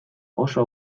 oso